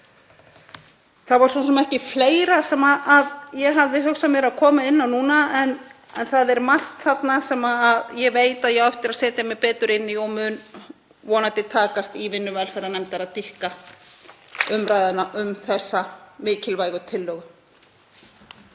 Það var svo sem ekki fleira sem ég hafði hugsað mér að koma inn á núna en það er margt þarna sem ég veit að ég á eftir að setja mig betur inn í. Það mun vonandi takast í vinnu velferðarnefndar að dýpka umræðuna um þessa mikilvægu tillögu.